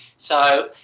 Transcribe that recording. so,